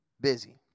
busy